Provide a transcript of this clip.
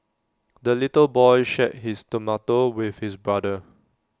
the little boy shared his tomato with his brother